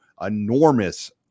enormous